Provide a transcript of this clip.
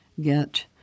get